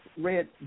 red